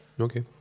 okay